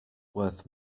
worth